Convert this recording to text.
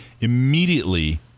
Immediately